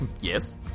Yes